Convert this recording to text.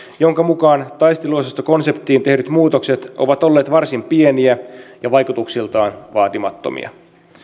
jonka mukaan taisteluosastokonseptiin tehdyt muutokset ovat olleet varsin pieniä ja vaikutuksiltaan vaatimattomia